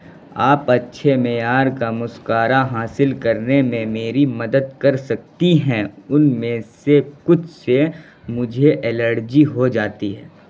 آپ اچھے معیار کا مسکارا حاصل کرنے میں میری مدد کر سکتی ہیں ان میں سے کچھ سے مجھے الرجی ہو جاتی ہے